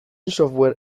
software